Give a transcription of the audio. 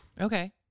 Okay